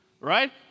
right